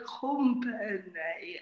company